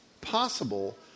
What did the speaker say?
possible